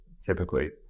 typically